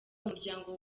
umuryango